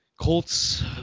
Colts